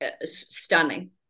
stunning